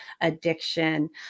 addiction